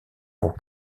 pour